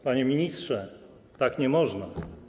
Panie ministrze, tak nie można.